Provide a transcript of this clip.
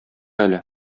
әле